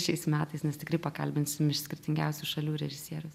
šiais metais nes tikrai pakalbinsim iš skirtingiausių šalių režisierius